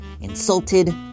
insulted